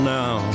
now